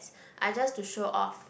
are just to show off